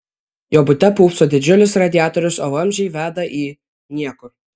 jo bute pūpso didžiulis radiatorius o vamzdžiai veda į niekur